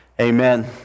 Amen